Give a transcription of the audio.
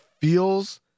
feels